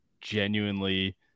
genuinely